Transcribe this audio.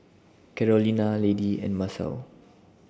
Carolina Lady and Masao